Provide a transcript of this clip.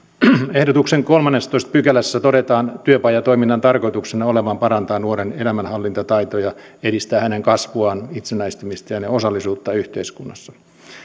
ehdotuksen kolmannessatoista pykälässä todetaan työpajatoiminnan tarkoituksena olevan parantaa nuoren elämänhallintataitoja edistää hänen kasvuaan itsenäistymistään ja osallisuuttaan yhteiskunnassa